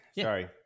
Sorry